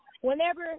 Whenever